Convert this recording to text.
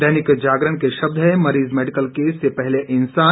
दैनिक जागरण के शब्द हैं मरीज मेडिकल केस से पहले इंसान